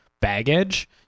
baggage